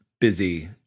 busy